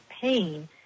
pain